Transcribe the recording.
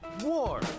war